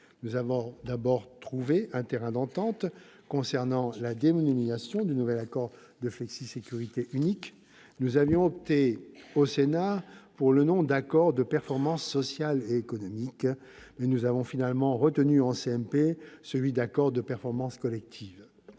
Nous avons tout d'abord trouvé un terrain d'entente concernant la dénomination du nouvel accord de flexisécurité unique. Nous avions opté au Sénat pour le nom d'« accord de performance sociale et économique », mais nous avons finalement retenu en commission mixte paritaire celui d'« accord de performance collective